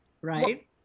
right